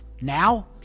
Now